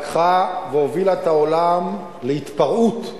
לקחה והובילה את העולם להתפרעות,